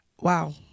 wow